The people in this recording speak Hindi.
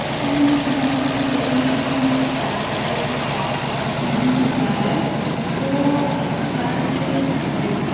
मैडम मैंने सुना है की ये अल्युमिन्यॅम वाला जो तार होता है इसमें शार्ट सर्किट नहीं होता है तो इस कारण से जी